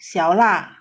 小辣